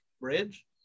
Bridge